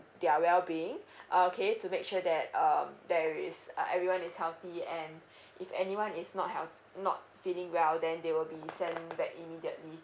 their well being okay to make sure that um there is uh everyone is healthy and if anyone is not healt~ not feeling well then they will be sent back immediately